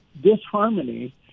disharmony